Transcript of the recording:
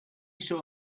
saw